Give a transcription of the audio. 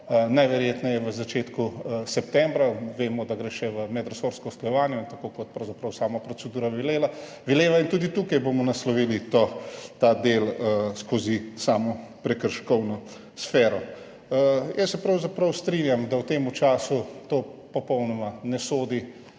najverjetneje v začetku septembra. Vemo, da gre še v medresorsko usklajevanje, tako kot pravzaprav sama procedura veleva, in tudi tukaj bomo naslovili ta del skozi samo prekrškovno sfero. Jaz se pravzaprav strinjam, da v tem času to popolnoma ne sodi